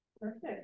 Perfect